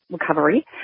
recovery